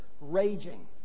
raging